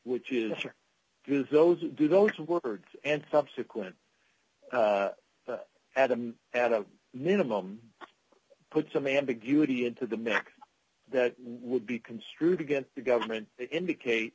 who do those words and subsequent adam at a minimum put some ambiguity into the mix that would be construed against the government to indicate